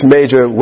Major